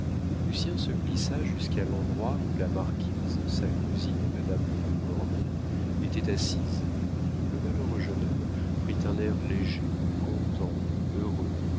lucien se glissa jusqu'à l'endroit où la marquise sa cousine et madame de montcornet étaient assises le malheureux jeune homme prit un air léger content heureux